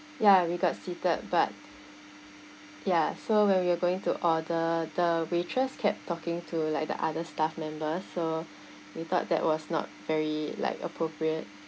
ya we got seated but ya so when we are going to order the waitress kept talking to like the other staff members so we thought that was not very like appropriate